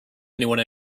anyone